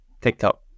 TikTok